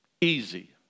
easy